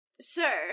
sir